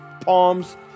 Palms